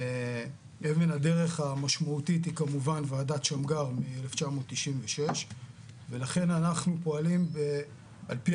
אבן הדרך המשמעותית היא כמובן ועדת שמגר מ-1996 ולכן אנחנו פועלים על פי